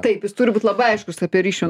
taip jis turi būt labai aiškus apie ryšių